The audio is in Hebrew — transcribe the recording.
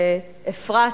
לאפרת,